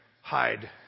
hide